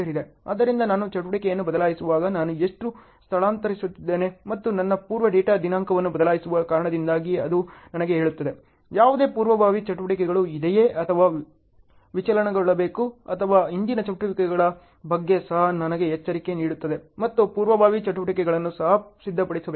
ಆದ್ದರಿಂದ ನಾನು ಚಟುವಟಿಕೆಯನ್ನು ಬದಲಾಯಿಸುವಾಗ ನಾನು ಎಷ್ಟು ಸ್ಥಳಾಂತರಿಸುತ್ತಿದ್ದೇನೆ ಮತ್ತು ನನ್ನ ಪೂರ್ವ ಡೇಟಾ ದಿನಾಂಕವನ್ನು ಬದಲಾಯಿಸುವ ಕಾರಣದಿಂದಾಗಿ ಅದು ನನಗೆ ಹೇಳುತ್ತದೆ ಯಾವುದೇ ಪೂರ್ವಭಾವಿ ಚಟುವಟಿಕೆಗಳು ಇದೆಯೇ ಅಥವಾ ವಿಚಲನಗೊಳ್ಳಬೇಕು ಅಥವಾ ಹಿಂದಿನ ಚಟುವಟಿಕೆಗಳ ಬಗ್ಗೆ ಸಹ ನನಗೆ ಎಚ್ಚರಿಕೆ ನೀಡುತ್ತದೆ ಮತ್ತು ಪೂರ್ವಭಾವಿ ಚಟುವಟಿಕೆಗಳನ್ನು ಸಹ ಸಿದ್ಧಪಡಿಸಬೇಕು